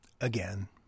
Again